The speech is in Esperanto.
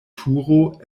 turo